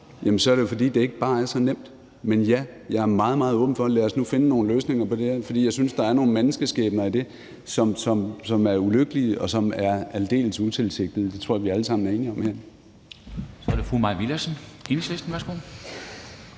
regering, er det jo, fordi det ikke bare er så nemt. Men ja, jeg er meget, meget åben for at finde nogle løsninger på det her, for jeg synes, der er nogle menneskeskæbner i det, som er ulykkelige, og som er aldeles utilsigtede. Det tror jeg at vi alle sammen er enige om herinde. Kl. 10:14 Formanden (Henrik